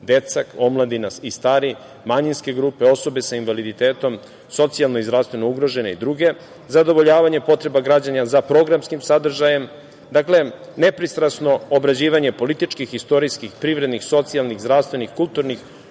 deca, omladina i stari, manjinske grupe, osobe sa invaliditetom, socijalno i zdravstveno ugrožene i druge; Zadovoljavanje potreba građana za programskim sadržajem, nepristrasno obrađivanje političkih, istorijskih, privrednih, socijalnih, zdravstvenih, kulturnih,